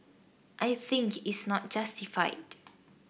I think is not justified